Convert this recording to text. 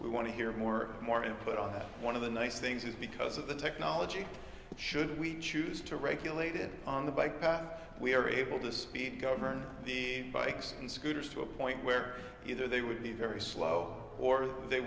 we want to hear more more input on that one of the nice things is because of the technology should we choose to regulate it on the bike that we are able to speed govern the bikes and scooters to a point where either they would be very slow or they